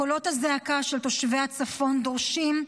קולות הזעקה של תושבי הצפון דורשים,